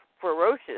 ferocious